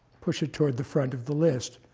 push it toward the front of the list.